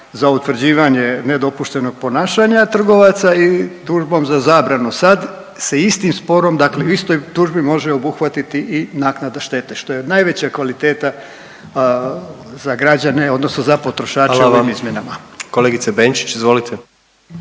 za utvrđivanje nedopuštenog ponašanja trgovaca i tužbom za zabranu. Sad se istim sporom, dakle u istoj tužbi može obuhvatiti i naknada štete što je najveća kvaliteta za građane, odnosno za potrošače ovim izmjenama. **Jandroković, Gordan